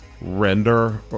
render